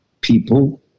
people